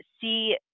see